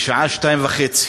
בשעה 14:30,